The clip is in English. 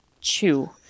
chew